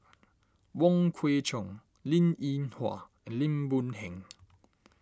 Wong Kwei Cheong Linn in Hua and Lim Boon Heng